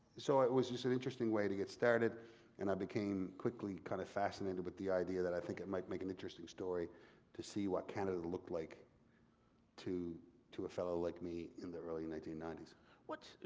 so it was just an interesting way to get started and i became quickly kind of fascinated with the idea that i think it might make an interesting story to see what canada looked like to to a fellow like me in the early nineteen ninety s.